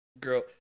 girl